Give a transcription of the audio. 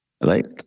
right